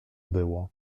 było